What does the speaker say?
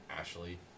Ashley